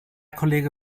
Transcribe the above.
kollege